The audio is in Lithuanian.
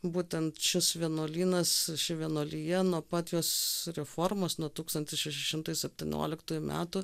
būtent šis vienuolynas ši vienuolija nuo pat jos reformos nuo tūkstantis šeši šimtai septynioliktųjų metų